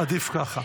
עדיף ככה.